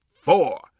four